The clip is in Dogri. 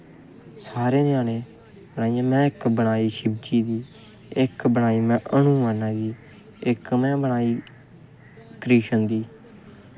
सारे ञ्यानें बनाइयां में बनाई इक शिवजी दी इक बनाई में हनुमानै दी इक में बनाई कृष्ण दी